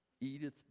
Edith